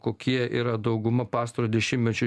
kokie yra dauguma pastarojo dešimtmečio